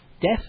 Death